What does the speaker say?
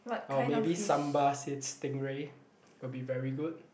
or maybe sambal stingray will be very good